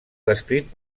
descrit